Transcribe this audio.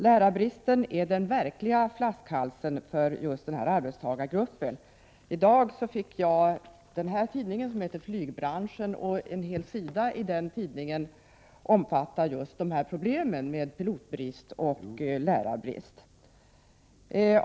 Lärarbristen är den verkliga flaskhalsen för denna arbetstagargrupp. I dag fick jag tidningen Flygbranschen. En hel sida i den tidningen omfattar just problemen med pilotbrist och lärarbrist.